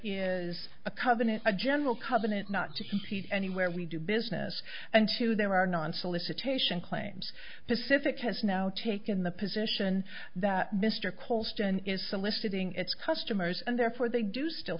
is a covenant a general covenant not to teach anywhere we do business and two there are non solicitation claims pacific has now taken the position that mr colston is soliciting its customers and therefore they do still